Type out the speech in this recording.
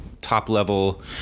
top-level